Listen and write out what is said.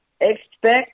expect